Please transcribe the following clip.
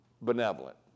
benevolent